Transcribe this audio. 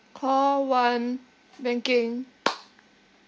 call one banking